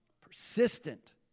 Persistent